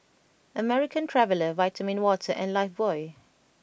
American Traveller Vitamin Water and Lifebuoy